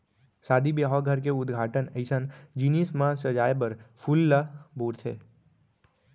सादी बिहाव, घर के उद्घाटन अइसन जिनिस म सजाए बर फूल ल बउरथे